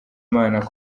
imana